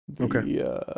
okay